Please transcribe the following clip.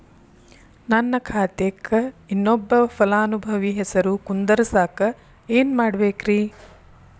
ನನ್ನ ಖಾತೆಕ್ ಇನ್ನೊಬ್ಬ ಫಲಾನುಭವಿ ಹೆಸರು ಕುಂಡರಸಾಕ ಏನ್ ಮಾಡ್ಬೇಕ್ರಿ?